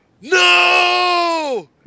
No